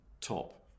top